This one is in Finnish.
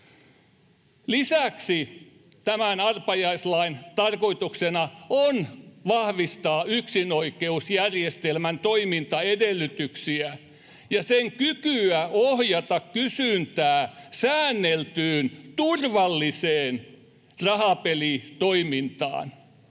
Lisäksi tämän arpajaislain tarkoituksena on vahvistaa yksinoikeusjärjestelmän toimintaedellytyksiä ja sen kykyä ohjata kysyntää säänneltyyn, turvalliseen rahapelitoimintaan.